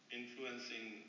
influencing